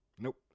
Nope